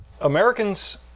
Americans